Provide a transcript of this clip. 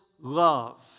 love